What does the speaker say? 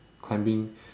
climbing